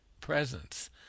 presence